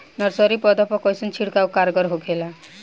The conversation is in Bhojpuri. नर्सरी पौधा पर कइसन छिड़काव कारगर होखेला?